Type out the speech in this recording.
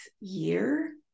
year